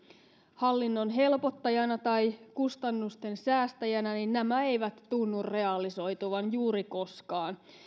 hallinnon helpottajana tai kustannusten säästäjänä eivät tunnu realisoituvan juuri koskaan